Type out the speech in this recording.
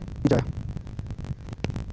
मौसम आर जलवायु युत की प्रमुख तत्व की जाहा?